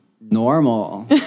normal